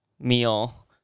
meal